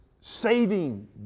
saving